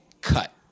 cut